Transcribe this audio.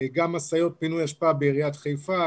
גם משאיות פינוי אשפה בעיריית חיפה,